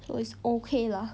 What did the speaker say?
so it's okay lah